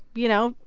you know,